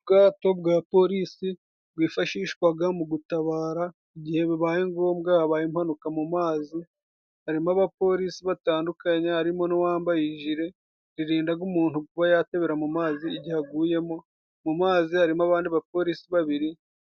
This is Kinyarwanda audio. Ubwato bwa polisi bwifashishwaga mu gutabara igihe bibaye ngombwa habaye impanuka mu mazi, harimo abapolisi batandukanye, harimo n'uwambaye ijire ririndaga umuntu kuba yatebera mu mazi igihe aguyemo, mu mazi harimo abandi bapolisi babiri